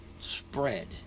spread